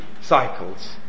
cycles